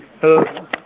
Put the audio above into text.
Hello